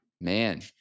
Man